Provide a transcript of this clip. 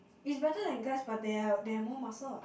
is better than guys but they are they have more muscle